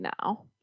now